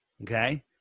Okay